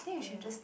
k ah